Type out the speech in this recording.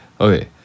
okay